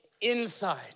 inside